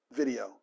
video